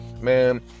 Man